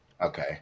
Okay